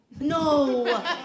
No